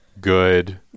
good